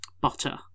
butter